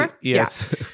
yes